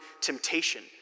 temptation